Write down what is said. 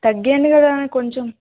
తగ్గియండి కదా కొంచెం